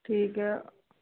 ਠੀਕ ਹੈ